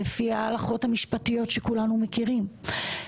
לפי ההלכות המשפטיות שכולנו מכירים.